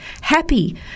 happy